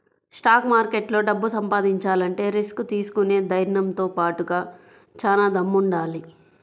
stock మార్కెట్లో డబ్బు సంపాదించాలంటే రిస్క్ తీసుకునే ధైర్నంతో బాటుగా చానా దమ్ముండాలి